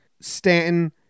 Stanton